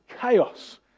chaos